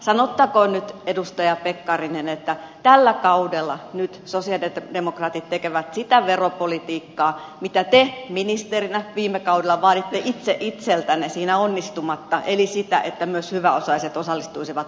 sanottakoon nyt edustaja pekkarinen että tällä kaudella nyt sosialidemokraatit tekevät sitä veropolitiikkaa mitä te ministerinä viime kaudella vaaditte itse itseltänne siinä onnistumatta eli sitä että myös hyväosaiset osallistuisivat lamatalkoisiin